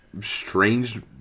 strange